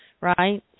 right